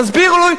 תסבירו לי,